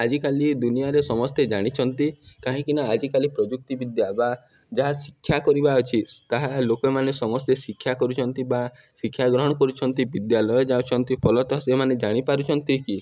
ଆଜିକାଲି ଦୁନିଆରେ ସମସ୍ତେ ଜାଣିଛନ୍ତି କାହିଁକି ନା ଆଜିକାଲି ପ୍ରଯୁକ୍ତି ବିଦ୍ୟା ବା ଯାହା ଶିକ୍ଷା କରିବା ଅଛି ତାହା ଲୋକମାନେ ସମସ୍ତେ ଶିକ୍ଷା କରୁଛନ୍ତି ବା ଶିକ୍ଷାଗ୍ରହଣ କରୁଛନ୍ତି ବିଦ୍ୟାଲୟ ଯାଉଛନ୍ତି ଫଲତଃ ସେମାନେ ଜାଣିପାରୁଛନ୍ତି କି